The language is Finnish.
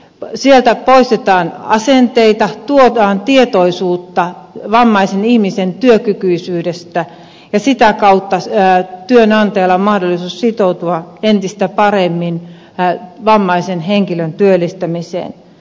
sieltä poistetaan asenteita tuodaan tietoisuutta vammaisen ihmisen työkykyisyydestä ja sitä kautta työnantajalla on mahdollisuus sitoutua entistä paremmin vammaisen henkilön työllistämiseen